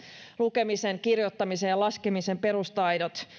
lukemisen kirjoittamisen ja laskemisen perustaidot